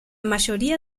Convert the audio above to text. mayoría